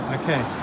Okay